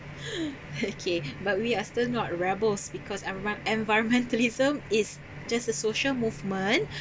okay but we are still not rebels because envir~ environmentalism is just a social movement